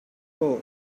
gold